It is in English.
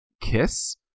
kiss